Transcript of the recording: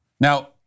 Now